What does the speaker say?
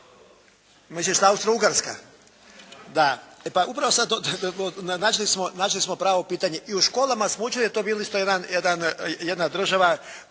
Mislite Austro-Ugarska. Da. Da, pa upravo sada smo načeli pravo pitanje. I u školama smo učili da je to isto bila jedna država